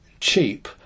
cheap